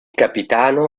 capitano